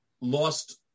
lost